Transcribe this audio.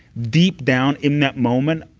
deep down, in that moment,